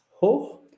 hoch